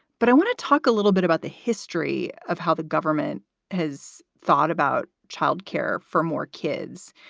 but i want to talk a little bit about the history of how the government has thought about child care for more kids.